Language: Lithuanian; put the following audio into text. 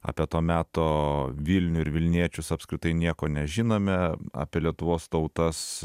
apie to meto vilnių ir vilniečius apskritai nieko nežinome apie lietuvos tautas